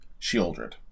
Shieldred